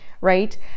right